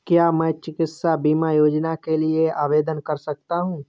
क्या मैं चिकित्सा बीमा योजना के लिए आवेदन कर सकता हूँ?